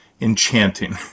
enchanting